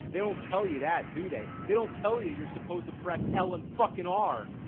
they don't tell you that do they? they don't tell you you're supposed to press l and fucking r!